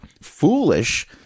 foolish